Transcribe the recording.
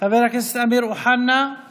חבר הכנסת אמיר אוחנה;